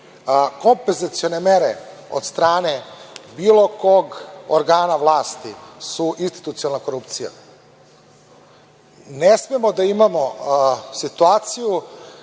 kompenzacione mere od strane bilo kog organa vlasti su institucionalna korupcija. Ne smemo da imamo situaciju